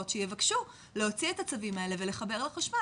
שיבקשו להוציא את הצווים האלה ולחבר לחשמל,